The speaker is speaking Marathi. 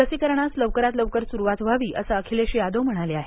लसीकरणास लवकरात लवकर सुरूवात व्हावी असं अखिलेश यादव म्हणाले आहेत